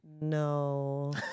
No